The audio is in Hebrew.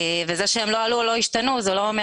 זה שהם לא עלו או לא השתנו זה לא אומר